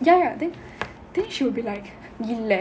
ya ya then she will be like இல்ல